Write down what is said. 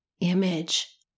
image